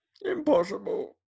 Impossible